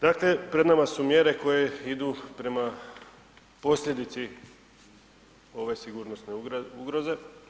Dakle, pred nama su mjere koje idu prema posljedici ove sigurnosne ugroze.